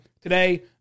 Today